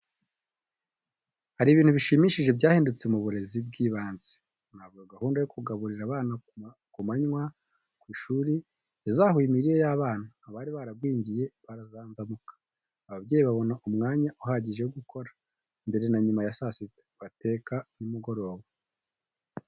Hari ibintu bishimishije byahindutse mu burezi bw'ibanze, navuga gahunda yo kugaburira abana ku manywa ku ishuri, yazahuye imirire y'abana, abari baragwingiye barazanzamuka, ababyeyi babona umwanya uhagije wo gukora, mbere na nyuma ya saa sita, bagateka nimugoroba.